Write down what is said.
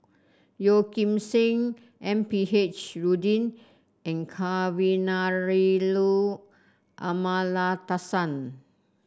Yeo Kim Seng M P H Rubin and Kavignareru Amallathasan